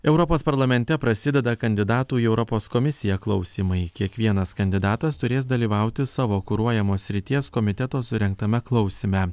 europos parlamente prasideda kandidatų į europos komisiją klausymai kiekvienas kandidatas turės dalyvauti savo kuruojamos srities komiteto surengtame klausyme